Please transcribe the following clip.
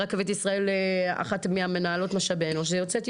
ב"רכבת ישראל" אחת ממנהלות משאבי אנוש היא יוצאת אתיופיה,